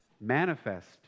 manifest